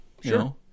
Sure